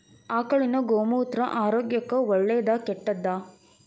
ಆಕಳಿನ ಗೋಮೂತ್ರ ಆರೋಗ್ಯಕ್ಕ ಒಳ್ಳೆದಾ ಕೆಟ್ಟದಾ?